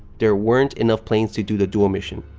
there weren't enough planes to do the dual mission,